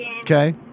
Okay